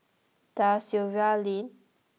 Da Silva Lane